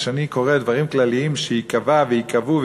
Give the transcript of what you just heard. כשאני קורא דברים כלליים שייקבע וייקבעו,